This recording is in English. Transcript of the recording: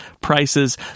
prices